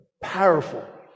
powerful